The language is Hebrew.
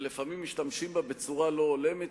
ולפעמים משתמשים בה בצורה לא הולמת,